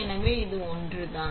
எனவே இது ஒன்றுதான்